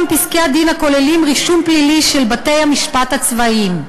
פסקי-הדין הכוללים רישום פלילי של בתי-המשפט הצבאיים.